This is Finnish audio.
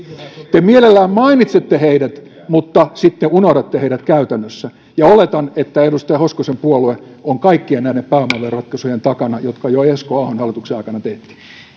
te mielellään mainitsette heidät mutta sitten unohdatte heidät käytännössä ja oletan että edustaja hoskosen puolue on kaikkien näiden pääomaveroratkaisujen takana jotka jo esko ahon hallituksen aikana tehtiin